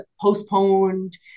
postponed